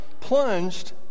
plunged